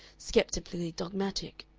sceptically dogmatic.